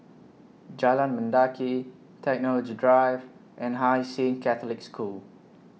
Jalan Mendaki Technology Drive and Hai Sing Catholic School